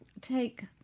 take